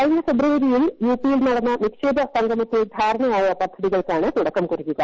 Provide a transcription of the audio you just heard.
കഴിഞ്ഞ ഫെബ്രുവരിയിൽ യു പിയിൽ നടന്ന നിക്ഷേപ സംഗമത്തിൽ ധാരണയായ പദ്ധതികൾക്കാണ് തുടക്കം കുറിക്കുക